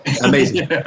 Amazing